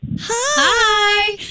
Hi